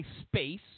space